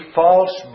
false